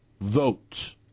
vote